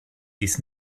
dies